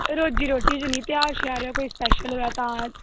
रोजी रोटी निं कोई ध्यार होऐ तां